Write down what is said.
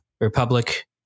Republic